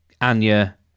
Anya